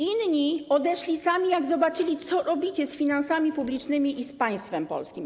Inni odeszli sami, jak zobaczyli, co robicie z finansami publicznymi i z państwem polskim.